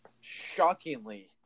shockingly